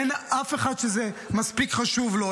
אין אף אחד שזה מספיק חשוב לו.